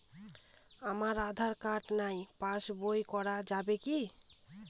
আমার আঁধার কার্ড নাই পাস বই করা যাবে কি?